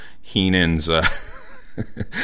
Heenan's